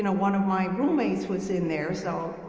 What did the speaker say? and one of my roommates was in there. so,